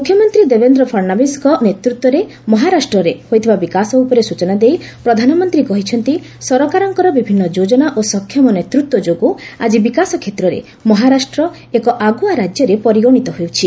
ମୁଖ୍ୟମନ୍ତ୍ରୀ ଦେବେନ୍ଦ୍ର ଫଡ଼୍ନବୀସଙ୍କ ନେତୃତ୍ୱରେ ମହାରାଷ୍ଟ୍ରରେ ହୋଇଥିବା ବିକାଶ ଉପରେ ସୂଚନା ଦେଇ ପ୍ରଧାନମନ୍ତ୍ରୀ କହିଛନ୍ତି ସରକାରଙ୍କର ବିଭିନ୍ନ ଯୋଜନା ଓ ସକ୍ଷମ ନେତୃତ୍ୱ ଯୋଗୁଁ ଆଜି ବିକାଶ କ୍ଷେତ୍ରରେ ମହାରାଷ୍ଟ୍ର ଏକ ଆଗ୍ରଆ ରାଜ୍ୟରେ ପରିଗଣିତ ହେଉଛି